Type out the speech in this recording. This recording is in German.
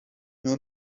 nur